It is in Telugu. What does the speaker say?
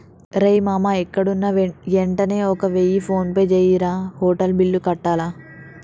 రేయ్ మామా ఎక్కడున్నా యెంటనే ఒక వెయ్య ఫోన్పే జెయ్యిరా, హోటల్ బిల్లు కట్టాల